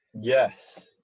Yes